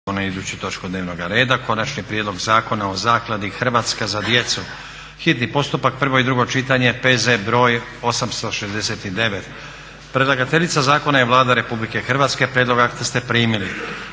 Konačni prijedlog Zakona o Zakladi "Hrvatska za djecu", hitni postupak, prvo i drugo čitanje, P.Z.BR.869. Predlagateljica zakona je Vlada Republike Hrvatske. Prijedlog akta ste primili.